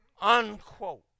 Unquote